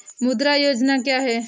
मुद्रा योजना क्या है?